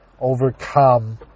overcome